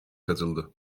katıldı